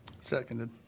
Seconded